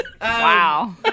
Wow